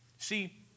See